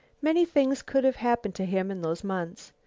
many things could have happened to him in those months.